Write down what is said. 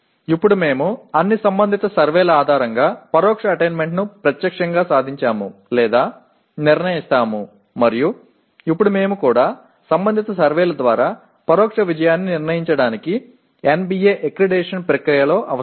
இப்போது நாம் சம்பந்தப்பட்ட அனைத்து கணக்கெடுப்புகளின் அடிப்படையிலும் மறைமுகமான அடையல்களைச் செய்கிறோம் அல்லது தீர்மானிக்கிறோம் அதுதான் நேரடி அடையல் என்பதை நாம் காண்பித்தோம் இப்போது தொடர்புடைய அங்கீகாரத்தின் மூலம் மறைமுக அடையலை தீர்மானிக்க NBA அங்கீகார செயல்பாட்டின் கீழ் ஆய்வுகள் அவசியம்